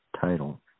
title